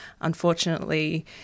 unfortunately